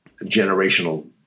generational